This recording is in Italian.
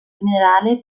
minerale